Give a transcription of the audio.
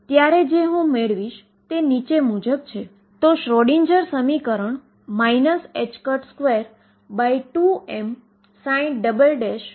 xL0 ને A sin kL દ્વારા સુચિત કરી શકાય છે અને તેથી આ બાઉન્ડ્રી કન્ડીશન ફક્ત knnπL માટે જ સંતુષ્ટ કરે છે